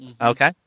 okay